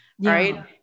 right